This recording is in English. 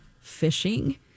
fishing